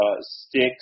sticks